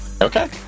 Okay